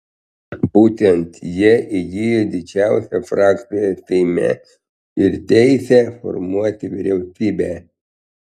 būtent jie įgijo didžiausią frakciją seime ir teisę formuoti vyriausybę